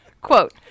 Quote